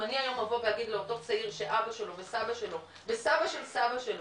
אם אני היום אדבר לאותו צעיר שאבא שלו וסבא שלו וסבא של סבא שלו,